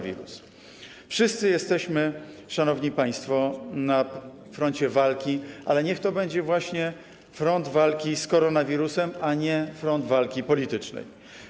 Wszyscy jesteśmy, szanowni państwo, na froncie walki, ale niech to będzie front walki z koronawirusem, a nie front walki politycznej.